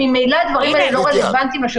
ממילא הדברים האלה לא רלוונטיים לשבוע הקרוב.